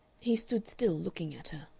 he stood still, looking at her.